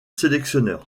sélectionneur